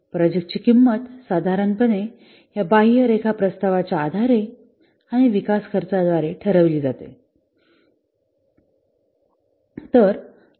प्रोजेक्टची किंमत साधारणपणे या बाह्य रेखा प्रस्तावाच्या आधारे आणि विकास खर्चाद्वारे ठरवली जाते